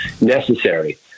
necessary